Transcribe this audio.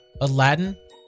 Aladdin